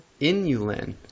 Inulin